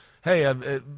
hey –